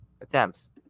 attempts